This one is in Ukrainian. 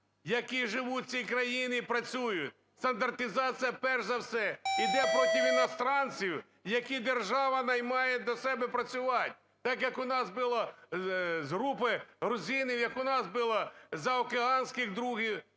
які живуть в цій країні і працюють. Стандартизація, перш за все, іде против иностранцев, яких держава наймає до себе працювати, так, як у нас було з групи грузинів, як у нас було заокеанських друзів,